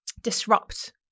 disrupt